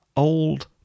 Old